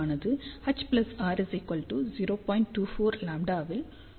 24λ ஆல் வரையறுக்கப்படுகிறது